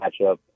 matchup